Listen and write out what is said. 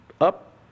up